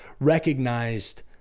recognized